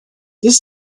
this